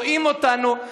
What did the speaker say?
רואים אותנו,